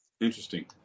Interesting